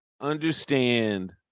Understand